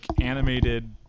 animated